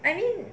I mean